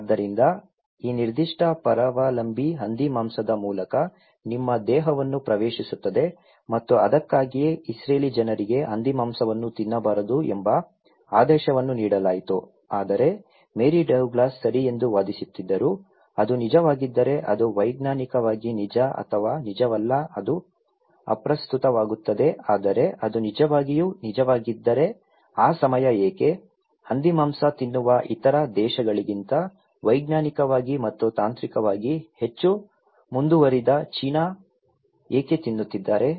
ಆದ್ದರಿಂದ ಈ ನಿರ್ದಿಷ್ಟ ಪರಾವಲಂಬಿ ಹಂದಿಮಾಂಸದ ಮೂಲಕ ನಿಮ್ಮ ದೇಹವನ್ನು ಪ್ರವೇಶಿಸುತ್ತದೆ ಮತ್ತು ಅದಕ್ಕಾಗಿಯೇ ಇಸ್ರೇಲಿ ಜನರಿಗೆ ಹಂದಿಮಾಂಸವನ್ನು ತಿನ್ನಬಾರದು ಎಂಬ ಆದೇಶವನ್ನು ನೀಡಲಾಯಿತು ಆದರೆ ಮೇರಿ ಡೌಗ್ಲಾಸ್ ಸರಿ ಎಂದು ವಾದಿಸುತ್ತಿದ್ದರು ಅದು ನಿಜವಾಗಿದ್ದರೆ ಅದು ವೈಜ್ಞಾನಿಕವಾಗಿ ನಿಜ ಅಥವಾ ನಿಜವಲ್ಲ ಅದು ಅಪ್ರಸ್ತುತವಾಗುತ್ತದೆ ಆದರೆ ಅದು ನಿಜವಾಗಿಯೂ ನಿಜವಾಗಿದ್ದರೆ ಆ ಸಮಯ ಏಕೆ ಹಂದಿಮಾಂಸ ತಿನ್ನುವ ಇತರ ದೇಶಗಳಿಗಿಂತ ವೈಜ್ಞಾನಿಕವಾಗಿ ಮತ್ತು ತಾಂತ್ರಿಕವಾಗಿ ಹೆಚ್ಚು ಮುಂದುವರಿದ ಚೀನಾ ಏಕೆ ತಿನ್ನುತ್ತಿದ್ದಾರೆ